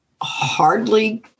hardly